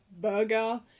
burger